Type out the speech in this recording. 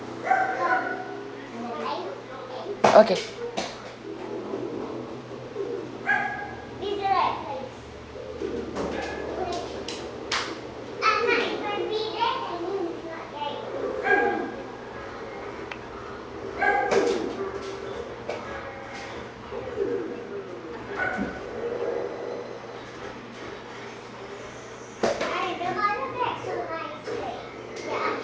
okay